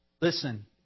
Listen